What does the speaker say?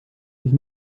sich